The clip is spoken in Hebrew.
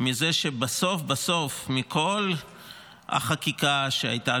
מזה שבסוף בסוף מכל החקיקה שהייתה על